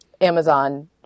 Amazon